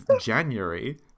January